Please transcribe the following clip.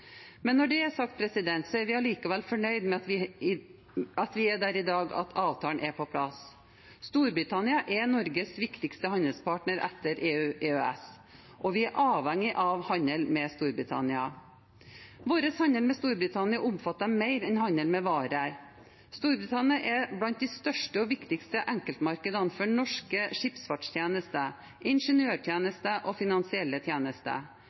Men når det er sagt, er vi allikevel fornøyd med at vi i dag er der at avtalen er på plass. Storbritannia er Norges viktigste handelspartner etter EU/EØS, og vi er avhengig av handel med Storbritannia. Vår handel med Storbritannia omfatter mer enn handel med varer. Storbritannia er blant de største og viktigste enkeltmarkedene for norske skipsfartstjenester, ingeniørtjenester og finansielle tjenester.